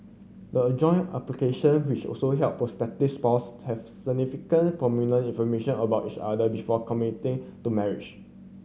the joint application which also help prospective spouse have significant pertinent information about each other before committing to marriage